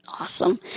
Awesome